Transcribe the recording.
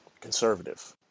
conservative